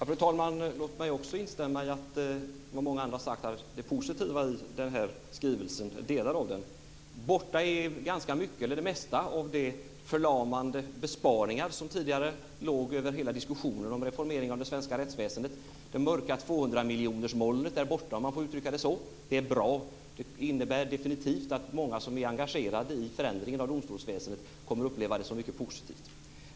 Fru talman! Låt mig liksom många andra instämma i det positiva i delar av skrivelsen. Borta är det mesta av de förlamande besparingar som tidigare låg över hela diskussionen om reformeringen av det svenska rättsväsendet. Det mörka 200 miljonersmolnet är borta, om man får uttrycka det så. Det är bra. Det innebär definitivt att många som är engagerade i förändringen av domstolsväsendet kommer att uppleva detta som mycket positivt.